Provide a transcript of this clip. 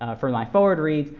from my forward read,